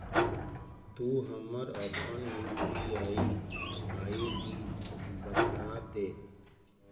तु हमरा अपन यू.पी.आई आई.डी बतादे